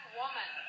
woman